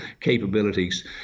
capabilities